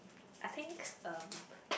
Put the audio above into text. I think um